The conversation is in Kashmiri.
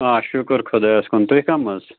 آ شُکُر خۄدایَس کُن تُہۍ کٕم حظ